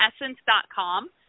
Essence.com